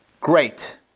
Great